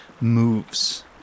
moves